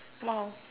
!wow!